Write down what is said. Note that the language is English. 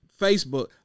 Facebook